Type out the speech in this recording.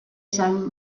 saint